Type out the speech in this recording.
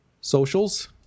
socials